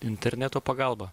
interneto pagalba